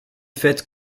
faites